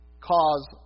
cause